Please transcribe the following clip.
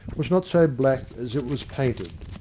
was not so black as it was painted.